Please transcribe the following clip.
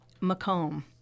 Macomb